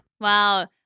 Wow